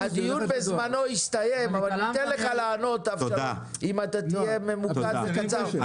הדיון בזמנו הסתיים אבל ניתן לך לענות אם תהיה ממוקד וקצר.